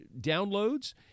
downloads